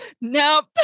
Nope